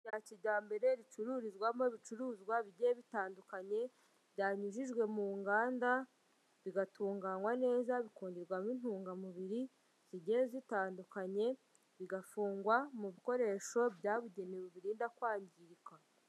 Rya kijyambere ricururizwamo ibicuruzwa bigiye bitandukanye byanyujijwe mu nganda bigatunganywa neza bikongerwamo intungamubiri zigiye zitandukanye, bigafungwa mu bikoresho byabugenewe birinda kwangirika.